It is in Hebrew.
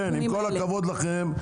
עם כל הכבוד לכם,